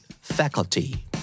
Faculty